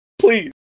please